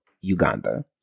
Uganda